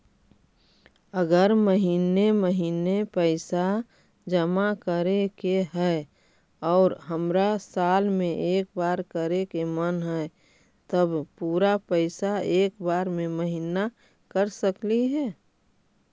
अगर महिने महिने पैसा जमा करे के है और हमरा साल में एक बार करे के मन हैं तब पुरा पैसा एक बार में महिना कर सकली हे?